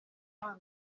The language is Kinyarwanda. mpano